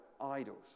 idols